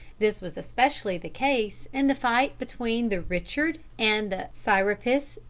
this was especially the case in the fight between the richard and the serapis,